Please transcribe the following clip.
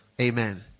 Amen